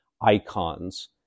icons